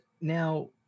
now